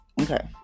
Okay